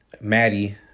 Maddie